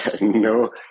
no